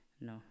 No